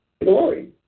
glory